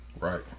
Right